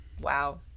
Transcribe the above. Wow